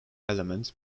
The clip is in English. element